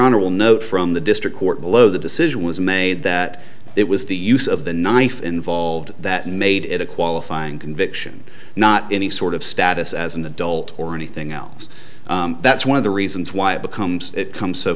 honor will note from the district court below the decision was made that it was the use of the knife involved that made it a qualifying conviction not any sort of status as an adult or anything else that's one of the reasons why it becomes it comes so